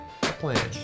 plan